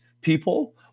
people